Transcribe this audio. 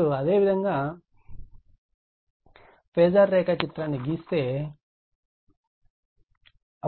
ఇప్పుడు అదేవిధంగా ఫేజార్ రేఖాచిత్రాన్ని గీస్తే